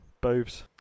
Boobs